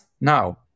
now